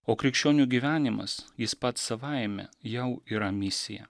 o krikščionių gyvenimas jis pats savaime jau yra misija